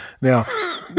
Now-